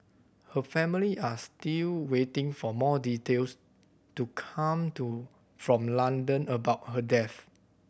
her family are still waiting for more details to come to from London about her death